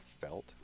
felt